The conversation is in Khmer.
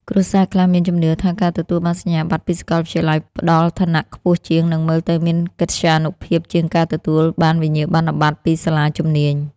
គ្រួសារខ្លះមានជំនឿថា ការទទួលបានសញ្ញាបត្រពីសាកលវិទ្យាល័យផ្តល់ឋានៈខ្ពស់ជាង និងមើលទៅមានកិត្យានុភាពជាងការទទួលបានវិញ្ញាបនបត្រពីសាលាជំនាញ។